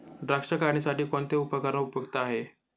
द्राक्ष काढणीसाठी कोणते उपकरण उपयुक्त आहे?